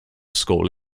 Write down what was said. school